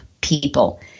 people